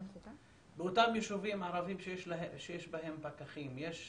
באותם יישובים ערביים שיש בהם פקחים יש נתונים?